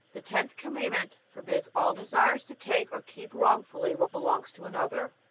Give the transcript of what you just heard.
the tenth commandment forbids all desires to take or keep wrongfully what belongs to another.